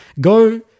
Go